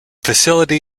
facility